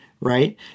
right